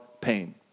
pain